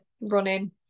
running